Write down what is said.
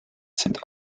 sind